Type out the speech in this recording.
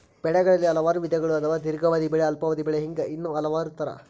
ಬೆಳೆಗಳಲ್ಲಿ ಹಲವಾರು ವಿಧಗಳು ಅದಾವ ದೇರ್ಘಾವಧಿ ಬೆಳೆ ಅಲ್ಪಾವಧಿ ಬೆಳೆ ಹಿಂಗ ಇನ್ನೂ ಹಲವಾರ ತರಾ